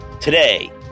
Today